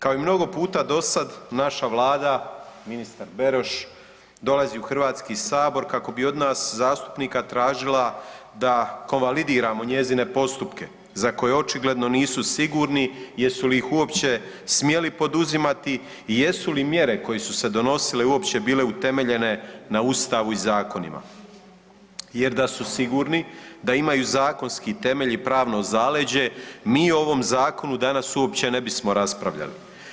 Kao i mnogo puta do sad naša Vlada, ministar Beroš dolazi u HS kako bi od nas zastupnika tražila da konvalidiramo njezine postupke za koje očigledno nisu sigurni jesu li ih uopće smjeli poduzimati i jesu li mjere koje su se donosile uopće bile utemeljene na Ustavu i zakonima jer da su sigurni da imaju zakonski temelj i pravno zaleđe, mi o ovom zakonu danas uopće ne bismo raspravljali.